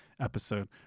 episode